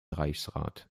reichsrat